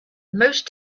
most